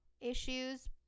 issues